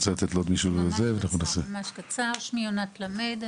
שמי יונת למד,